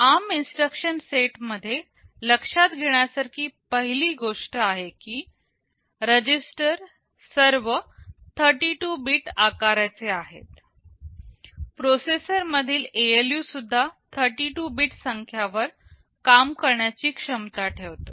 आता ARM instruction सेटमध्ये लक्षात घेण्या सारखी पहिली गोष्ट अशी आहे की रजिस्टर सर्व 32 बीट आकारचे आहेत प्रोसेसर मधील ALU सुद्धा 32 बीट संख्यांवर काम करण्याची क्षमता ठेवतो